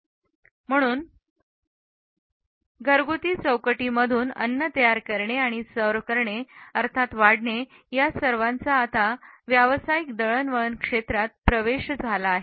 " म्हणून घरगुती चौकटी मधून निघून अन्न तयार करणे आणि सर्व्ह करणे अर्थात वाढणे या सर्वांचा आता व्यावसायिक दळणवळण क्षेत्रात प्रवेश झाला आहे